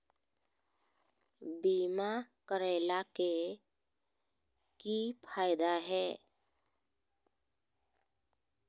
बीमा करैला के की फायदा है?